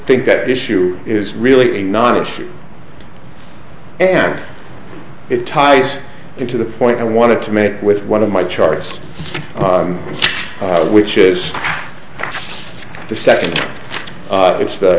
think that issue is really a non issue and it ties into the point i wanted to make with one of my charts which is the second it's